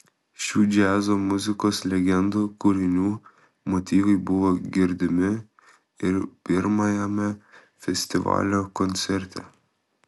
šių džiazo muzikos legendų kūrinių motyvai buvo girdimi ir pirmajame festivalio koncerte